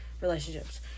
relationships